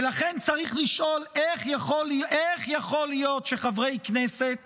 ולכן צריך לשאול איך יכול להיות שחברי כנסת